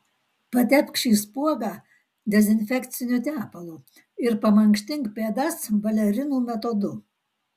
patepk šį spuogą dezinfekciniu tepalu ir pamankštink pėdas balerinų metodu